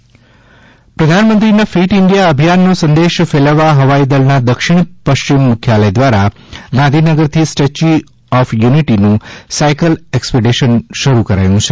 હવાઇદળ cycle rally પ્રધાનમંત્રીન fit India અભિયાબનો સંદેશ ફેલાવવ હવાઇદળન દક્ષિણ પશ્ચિમ મુખ્યાલય દ્વારા ગાંધીનગરથી સ્ટેચ્યુ ઓફ યુનિટીનું સાથકલ એક્સપીડીશન શરૂ કરાથું છે